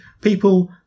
people